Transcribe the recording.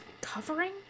covering